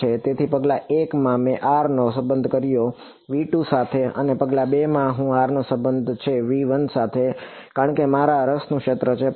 તેથી પગલા 1 માં મેં r નો સંબંધ કર્યો V2 સાથે અને પગલાં 2 માં હું r નો સંબધ છે V1 સાથે કારણ કે તે મારા રસનું ક્ષેત્ર છે